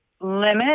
limit